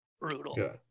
brutal